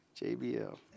JBL